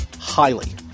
highly